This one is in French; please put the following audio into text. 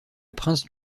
prince